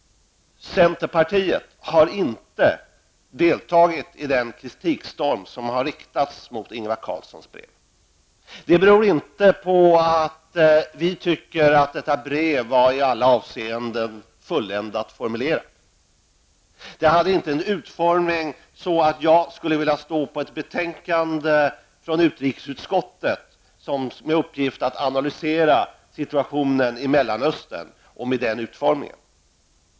Centerpartiet har inte deltagit i den kritikstorm som har riktats mot Ingvar Carlssons brev till Saddam Hussein. Det beror inte på att vi tycker att detta brev i alla avseenden var fulländat formulerat. Brevets utformning var inte av det slaget att jag skulle ställa mig bakom ett betänkande från utrikesutskottet som gick ut på att analysera situationen i Mellanöstern.